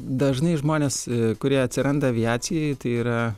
dažnai žmonės kurie atsiranda aviacijoj tai yra